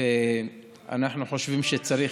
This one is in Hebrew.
ואנחנו חושבים שצריך,